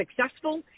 successful